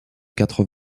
quatre